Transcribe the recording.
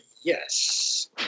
yes